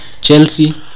Chelsea